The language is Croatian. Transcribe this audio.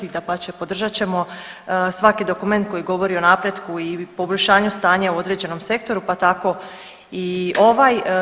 Dapače, podržat ćemo svaki dokument koji govori o napretku i poboljšanju stanja u određenom sektoru, pa tako i ovaj.